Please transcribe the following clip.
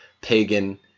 Pagan